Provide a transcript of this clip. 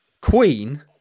Queen